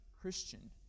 Christian